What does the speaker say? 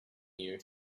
you